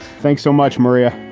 thanks so much, maria.